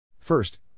First